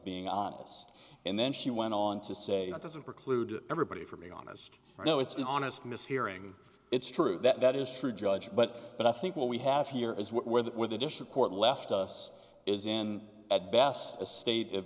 being honest and then she went on to say that doesn't preclude everybody from being honest i know it's an honest mishearing it's true that that is true judge but but i think what we have here is where that where the dish of court left us is in at best a state of